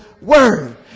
word